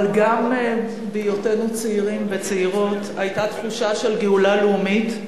אבל גם בהיותנו צעירים וצעירות היתה תחושה של גאולה לאומית,